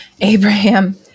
abraham